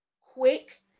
quick